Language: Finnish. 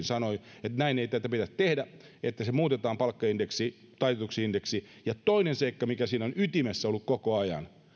sanoi että niin ei tätä pidä tehdä että muutetaan palkkaindeksi taitetuksi indeksiksi ja toinen seikka mikä siinä on ytimessä ollut koko ajan